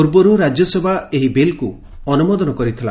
ପୂର୍ବରୁ ରାକ୍ୟସଭା ଏହି ବିଲ୍କୁ ଅନୁମୋଦନ କରିଥିଲା